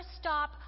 stop